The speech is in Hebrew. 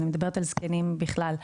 אלא זקנים בכלל,